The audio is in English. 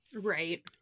Right